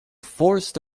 forced